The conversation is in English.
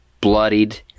Bloodied